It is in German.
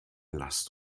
lasst